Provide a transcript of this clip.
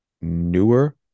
newer